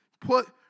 put